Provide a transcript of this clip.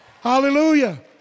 Hallelujah